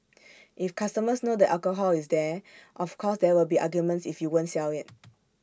if customers know the alcohol is there of course there will be arguments if you won't sell IT